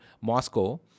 moscow